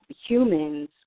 humans